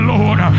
Lord